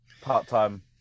part-time